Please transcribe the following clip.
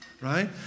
right